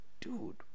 Dude